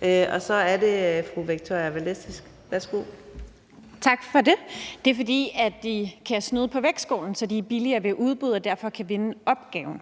Værsgo. Kl. 14:11 Victoria Velasquez (EL): Tak for det. Det er, fordi de kan snyde på vægtskålen, så de er billigere ved udbud og derfor kan vinde opgaven.